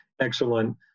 excellent